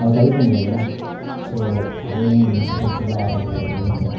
அது தவிர்க்க முடியாதில்ல ஸோ அதையும் பிடிச்சுதான் ஆகணும் வேறு வழியில்லை